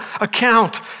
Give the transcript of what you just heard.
account